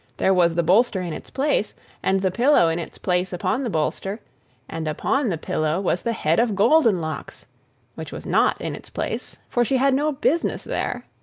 there was the bolster in its place and the pillow in its place upon the bolster and upon the pillow was the head of goldenlocks which was not in its place, for she had no business there.